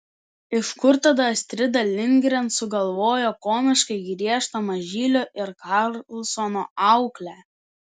iš kur tada astrida lindgren sugalvojo komiškai griežtą mažylio ir karlsono auklę